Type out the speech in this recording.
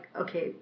okay